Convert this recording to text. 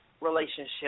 relationship